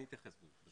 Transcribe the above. אני אתייחס לזה.